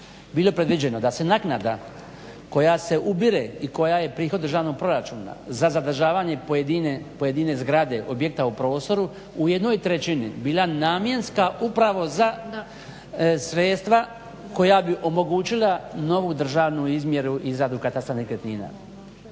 bilo predviđeno da se naknada koja se ubire i koja je prihod državnom proračuna za zadržavanje pojedine zgrade, objekta u prostoru ujedno i trećini bila namjenska upravo za sredstva koja bi omogućila novu državnu izmjeru iz …/Govornik